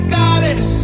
goddess